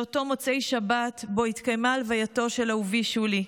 לאותם מוצאי שבת שבהם התקיימה הלווייתו של אהובי שולי.